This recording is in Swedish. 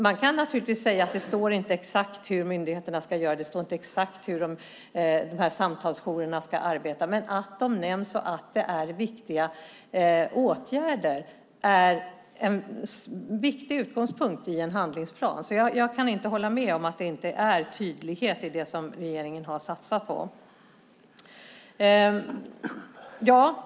Man kan naturligtvis säga att det inte står exakt hur myndigheterna ska göra och hur de här samtalsjourerna ska arbeta, men det är en viktig utgångspunkt i en handlingsplan att de nämns och att de är viktiga åtgärder. Jag kan inte hålla med om att det inte finns tydlighet i det som regeringen har satsat på.